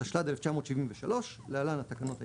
התשל"ד-1973 (להלן - התקנות העיקריות)